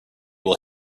will